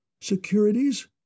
Securities